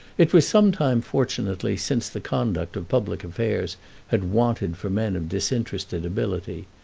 it was some time fortunately since the conduct of public affairs had wanted for men of disinterested ability,